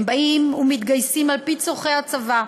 הם באים ומתגייסים על-פי צורכי הצבא.